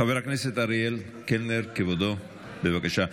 חבר הכנסת אריאל קלנר, כבודו, בבקשה.